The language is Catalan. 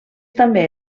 també